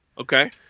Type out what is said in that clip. Okay